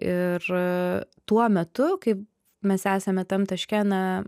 ir tuo metu kai mes esame tam taške na